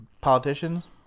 politicians